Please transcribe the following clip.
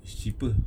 it's cheaper